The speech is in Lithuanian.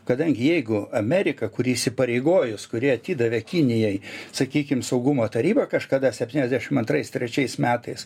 kadangi jeigu amerika kuri įsipareigojus kurie atidavė kinijai sakykim saugumo tarybą kažkada septyniasdešim antrais trečiais metais